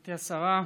גברתי השרה,